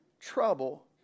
trouble